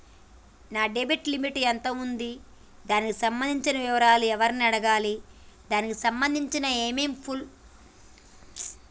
నా credit limit ఎంత ఉంది? దానికి సంబంధించిన వివరాలు ఎవరిని అడగాలి? దానికి సంబంధించిన ఏమేం ప్రూఫ్స్ కావాలి?